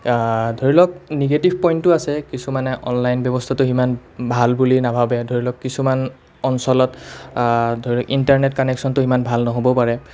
ধৰি লওক নিগেটিভ পইণ্টো আছে কিছুমানে অনলাইন ব্যৱস্থাটো সিমান ভাল বুলি নাভাবে ধৰি লওক কিছুমান অঞ্চলত ধৰ ইণ্টাৰনেট কানেকশ্ব্যনটো ইমান ভাল নহ'ব পাৰে